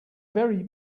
very